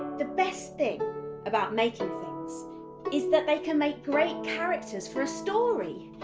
the best thing about making things is that they can make great characters for a story.